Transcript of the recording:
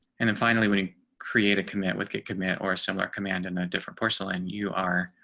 and then finally we create a combat with get good man or similar command in a different porcelain, you are